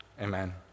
Amen